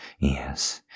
yes